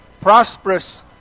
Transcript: prosperous